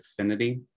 Xfinity